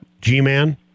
G-Man